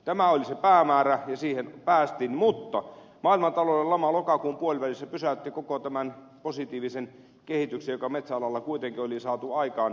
tämä oli se päämäärä ja siihen päästiin mutta maailmantalouden lama lokakuun puolivälissä pysäytti koko tämän positiivisen kehityksen joka metsäalalla kuitenkin oli saatu aikaan